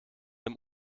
dem